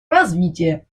развития